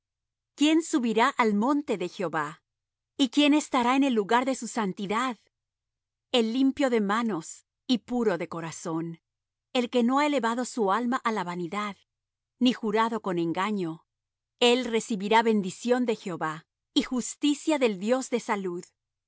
quién subirá al monte de jehová y quién estará en el lugar de su santidad el limpio de manos y puro de corazón el que no ha elevado su alma á la vanidad ni jurado con engaño el recibirá bendición de jehová y justicia del dios de salud tal